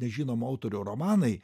nežinomų autorių romanai